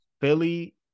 Philly